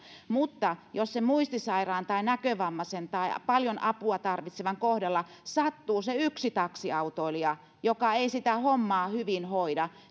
mutta jos sen muistisairaan tai näkövammaisen tai paljon apua tarvitsevan kohdalle sattuu se yksi taksiautoilija joka ei sitä hommaa hyvin hoida